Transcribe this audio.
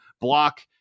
block